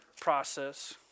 process